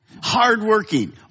hardworking